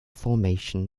formation